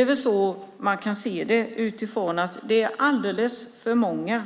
Det är så man kan se det eftersom det är alldeles för många